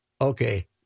okay